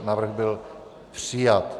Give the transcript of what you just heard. Návrh byl přijat.